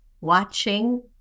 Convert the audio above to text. watching